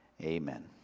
amen